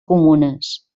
comunes